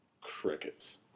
Crickets